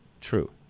True